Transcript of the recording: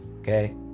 okay